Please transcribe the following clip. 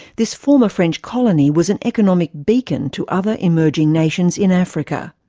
this former french colony was an economic beacon to other emerging nations in africa.